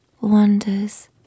Wonders